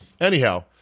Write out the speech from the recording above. Anyhow